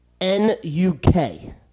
N-U-K